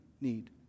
need